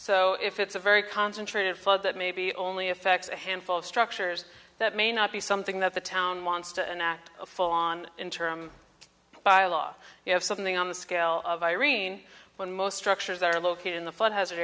so if it's a very concentrated flood that maybe only affects a handful of structures that may not be something that the town wants to enact a full on in term by law you have something on the scale of irene when most structures are located in the flood ha